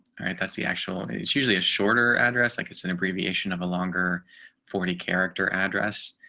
all right, that's the actual it's usually a shorter address like it's an abbreviation of a longer forty character address,